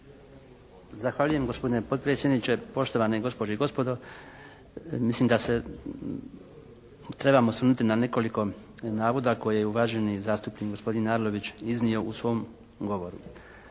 Zahvaljujem gospodine potpredsjedniče, poštovane gospođe i gospodo. Mislim da se trebamo osvrnuti na nekoliko navoda koje je uvaženi zastupnik, gospodin Arlović iznio u svom govoru.